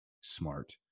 smart